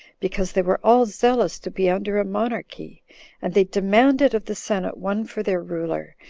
because they were all zealous to be under a monarchy and they demanded of the senate one for their ruler,